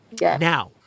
Now